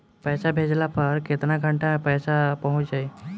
पैसा भेजला पर केतना घंटा मे पैसा चहुंप जाई?